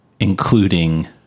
including